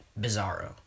Bizarro